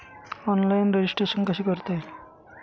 Online registration कसे करता येईल?